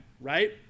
Right